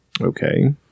Okay